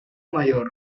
mayor